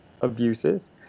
abuses